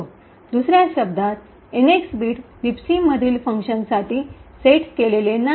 दुसर्या शब्दांत NX bit libc मधील फंक्शन्ससाठी सेट केलेले नाही